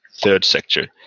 third-sector